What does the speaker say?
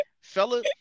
fella